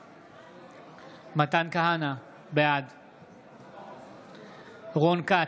בעד מתן כהנא, בעד רון כץ,